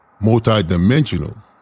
multi-dimensional